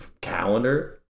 calendar